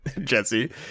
Jesse